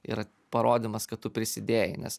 yra parodymas kad tu prisidėjai